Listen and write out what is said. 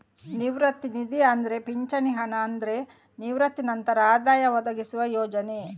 ನಿವೃತ್ತಿ ನಿಧಿ ಅಂದ್ರೆ ಪಿಂಚಣಿ ಹಣ ಅಂದ್ರೆ ನಿವೃತ್ತಿ ನಂತರ ಆದಾಯ ಒದಗಿಸುವ ಯೋಜನೆ